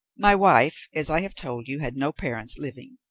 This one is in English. my wife, as i have told you, had no parents living.